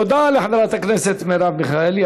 תודה לחברת הכנסת מרב מיכאלי.